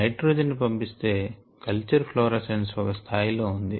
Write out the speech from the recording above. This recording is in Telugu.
నైట్రోజెన్ ను పంపిస్తే కల్చర్ ఫ్లోరసెన్స్ ఒక స్థాయిలో ఉంది